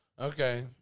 Okay